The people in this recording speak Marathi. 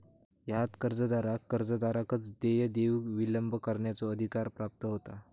ह्यात कर्जदाराक कर्जदाराकच देय देऊक विलंब करण्याचो अधिकार प्राप्त होता